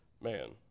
man